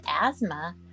asthma